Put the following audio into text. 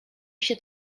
się